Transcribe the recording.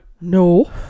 No